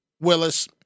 Willis